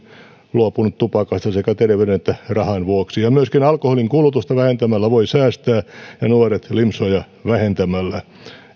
luopunut tupakasta sekä terveyden että rahan vuoksi myöskin alkoholin kulutusta vähentämällä voi säästää ja nuoret limsoja vähentämällä